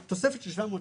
תוספת של 700 שקלים.